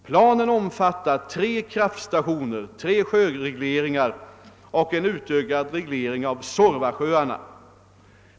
Planen omfattar tre kraftstationer, tre sjöregleringar och en utökad reglering av Suorvasjöarna.